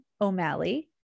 O'Malley